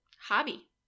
Hobby